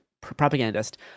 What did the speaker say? propagandist